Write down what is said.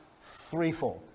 threefold